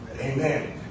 Amen